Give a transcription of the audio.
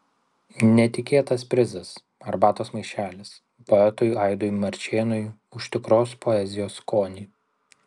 netikėtas prizas arbatos maišelis poetui aidui marčėnui už tikros poezijos skonį